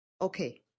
Okay